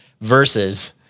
verses